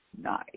nice